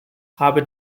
habe